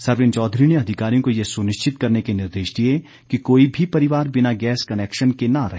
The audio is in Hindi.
सरवीण चौधरी ने अधिकारियों को ये सुनिश्ति करने के निर्देश दिए कि कोई भी परिवार बिना गैस कनैक्शन के न रहे